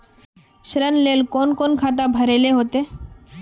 ऋण लेल कोन कोन खाता भरेले होते?